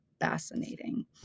fascinating